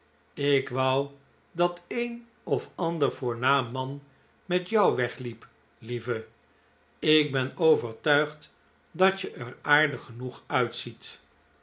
ik wou dat een of ander voornaam man met joa wegliep lieve ik ben overtuigd dat je er aardig genoeg uitziet